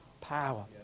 power